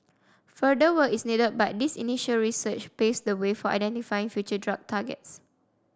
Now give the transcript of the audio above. further work is needed but this initial research paves the way for identifying future drug targets